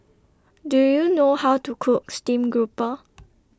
Do YOU know How to Cook Steamed Grouper